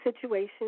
situation